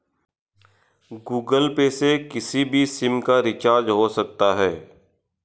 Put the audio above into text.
Google Pay से किसी भी सिम का रिचार्ज हो सकता है